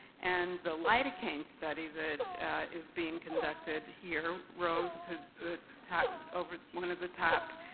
and the lidocane study that is being conducted here, rose to the top over one at the top.